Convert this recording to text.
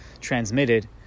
transmitted